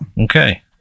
okay